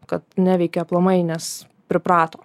kad neveikia aplamai nes priprato